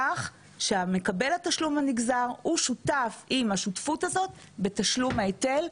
כך שמקבל התשלום הנגזר הוא שותף עם השותפות הזאת בתשלום ההיטל,